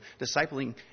Discipling